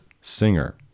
singer